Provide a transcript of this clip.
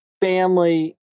family